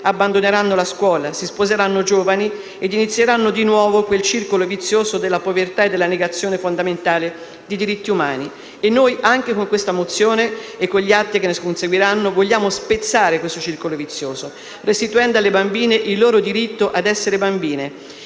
abbandoneranno la scuola, si sposeranno giovani e inizieranno di nuovo quel circolo vizioso della povertà e della negazione fondamentale di diritti umani. Noi, anche con questa mozione e con gli atti che ne conseguiranno, vogliamo spezzare questo circolo vizioso, restituendo alle bambine il loro diritto ad essere tali,